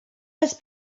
miss